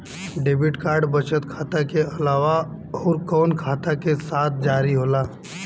Debit card बचत खाता के अलावा अउरकवन खाता के साथ जारी होला?